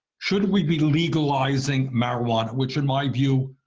should we be legalizing marijuana, which, in my view,